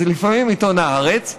אז, לפעמים עיתון הארץ.